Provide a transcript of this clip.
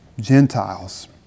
Gentiles